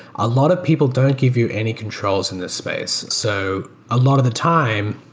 a lot of people don't give you any controls in this space. so a lot of the time,